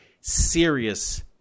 serious